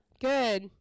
Good